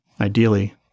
ideally